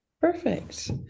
Perfect